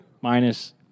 minus